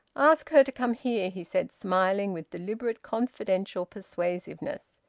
ask her to come here, he said, smiling with deliberate confidential persuasiveness.